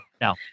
no